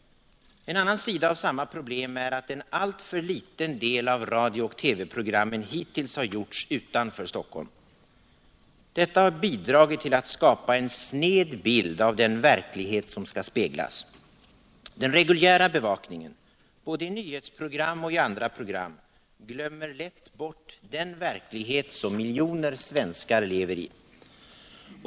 En annan sida av samma problem är att en alltför liten del av radiooch TV programmen hittills har gjorts utanför Stockholm. Detta har bidragit till att skapa en sned bild av den verklighet som skall speglas. Den reguljära bevakningen — både i nyhetsprogram och i andra program — glömmer lätt bort den verklighet som miljoner svenskar lever i.